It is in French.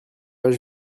pas